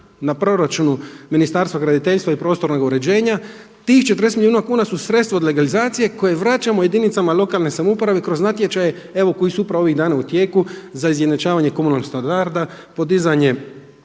na proračunu Ministarstva graditeljstva i prostornog uređenja tih 40 milijuna kuna su sredstva od legalizacije koje vraćamo jedinicama lokalne samouprave kroz natječaje koji su upravo ovih dana u tijeku za izjednačavanje komunalnog standarda, podizanje